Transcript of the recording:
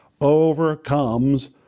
overcomes